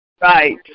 Right